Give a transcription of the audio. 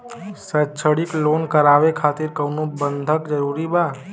शैक्षणिक लोन करावे खातिर कउनो बंधक जरूरी बा?